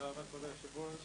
תודה רבה כבוד היושב-ראש.